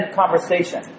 conversation